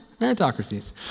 Meritocracies